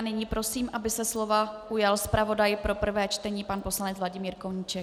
Nyní prosím, aby se slova ujal zpravodaj pro prvé čtení pan poslanec Vladimír Koníček.